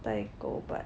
带狗 but